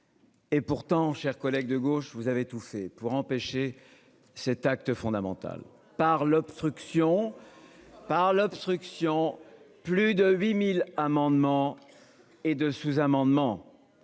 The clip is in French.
Et pourtant, chers collègues de gauche vous avez tout fait pour empêcher cet acte fondamental par l'obstruction. Par l'obstruction. Plus de 8000 amendements. Et de sous-amendements.